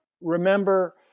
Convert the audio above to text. remember